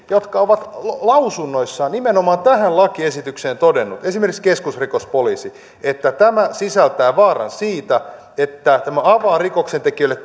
jotka ovat lausunnoissaan nimenomaan tähän lakiesitykseen todenneet esimerkiksi keskusrikospoliisi että tämä sisältää vaaran siitä että tämä avaa rikoksentekijöille